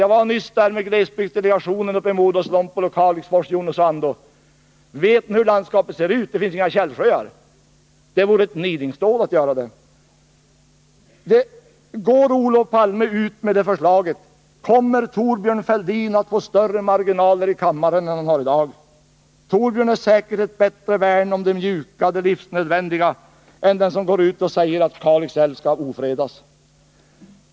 Jag var nyss där med glesbygdsdelegationen, uppe i Muodoslompolo, Kalixfors och Junosuando. Vet ni hur landskapet ser ut där? Det finns inga källsjöar! Det vore ett nidingsdåd att göra en utbyggnad. Går Palme ut med det förslaget kommer Thorbjörn Fälldin att få större marginaler i kammaren än han har i dag. Thorbjörn Fälldin är säkert ett bättre värn om det mjuka, det livsnödvändiga än den som går ut och säger att Kalix älv skall ofredas.